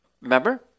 Remember